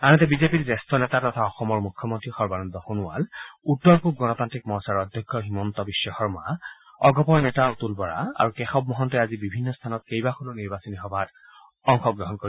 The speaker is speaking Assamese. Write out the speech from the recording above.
আনহাতে বিজেপিৰ জ্যেষ্ঠ নেতা তথা অসমৰ মূখ্যমন্তী সৰ্বানন্দ সোণোৱাল উত্তৰ পূৱ গণতান্ত্ৰিক মৰ্চাৰ অধ্যক্ষ হিমন্ত বিশ্ব শৰ্মা অগপৰ নেতা অতুল বৰা আৰু কেশৱ মহন্তই আজি বিভিন্ন স্থানত কেইবাখনো নিৰ্বাচনী সভাত অংশগ্ৰহণ কৰিব